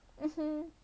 mmhmm